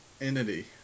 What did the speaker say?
Entity